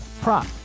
prop